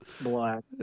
black